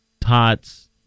tots